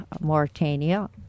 Mauritania